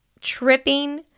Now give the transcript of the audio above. tripping